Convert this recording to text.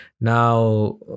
Now